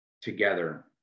together